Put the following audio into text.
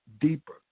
deeper